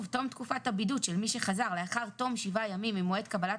תום תקופת הבידוד של מי שחזר לאחר תום 7 ימים ממועד קבלת